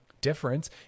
difference